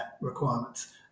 requirements